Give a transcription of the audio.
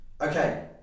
Okay